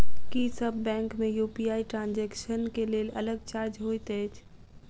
की सब बैंक मे UPI transaction केँ लेल अलग चार्ज होइत अछि?